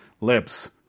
lips